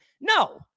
No